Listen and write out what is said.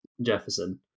Jefferson